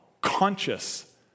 conscious